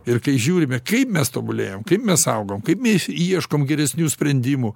ir kai žiūrime kaip mes tobulėjam kaip mes augam kaip mes ieškom geresnių sprendimų